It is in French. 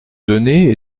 données